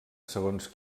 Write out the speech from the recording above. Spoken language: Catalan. segons